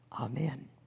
Amen